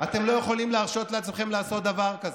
אתם לא יכולים להרשות לעצמכם לעשות דבר כזה.